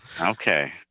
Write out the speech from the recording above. Okay